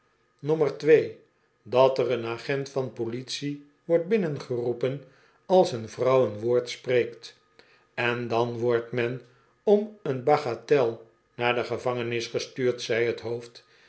nommer twee dat er een agent van politie wordt binnengeroepen als een vrouw een woord spreekt en dan wordt men om een bagatel naar de gevangenis gestuurd zei t hoofd